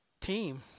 team